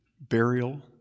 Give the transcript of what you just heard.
burial